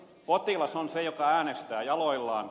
potilas on se joka äänestää jaloillaan